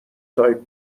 تایپ